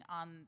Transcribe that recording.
on